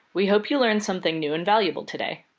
we hope you learned something new and valuable today.